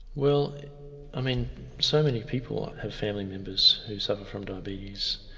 well i mean so many people have family members who suffer from diabetes.